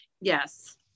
Yes